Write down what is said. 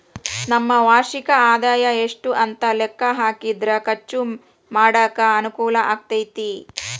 ನಮ್ಮ ವಾರ್ಷಿಕ ಆದಾಯ ಎಷ್ಟು ಅಂತ ಲೆಕ್ಕಾ ಹಾಕಿದ್ರ ಖರ್ಚು ಮಾಡಾಕ ಅನುಕೂಲ ಆಗತೈತಿ